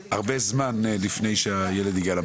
שהילדים --- הרבה זמן לפני שהילד הגיע למעון.